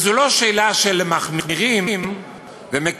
זו לא שאלה של מחמירים ומקלים,